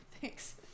Thanks